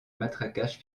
matraquage